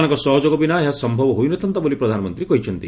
ସେମାନଙ୍କ ସହଯୋଗ ବିନା ଏହା ସମ୍ଭବ ହୋଇନଥାନ୍ତା ବୋଲି ପ୍ରଧାନମନ୍ତ୍ରୀ କହିଛନ୍ତି